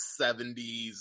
70s